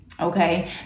okay